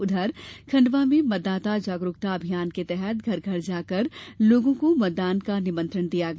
उधर खंडवा में मतदाता जागरूकता अभियान के तहत घर घर जाकर लोगों को मतदान का निमंत्रण दिया गया